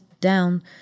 down